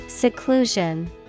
seclusion